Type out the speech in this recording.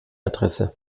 adresse